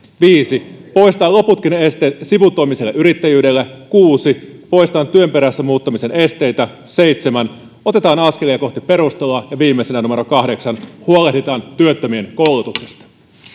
viisi poistetaan loputkin esteet sivutoimiselle yrittäjyydelle kuusi poistetaan työn perässä muuttamisen esteitä seitsemän otetaan askelia kohti perustuloa viimeisenä numero kahdeksan huolehditaan työttömien koulutuksesta